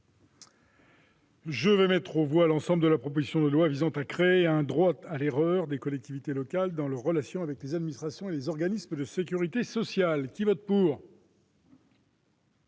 Centriste, la discussion de la proposition de loi visant à créer un droit à l'erreur des collectivités locales dans leurs relations avec les administrations et les organismes de sécurité sociale, présentée par